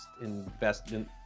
investment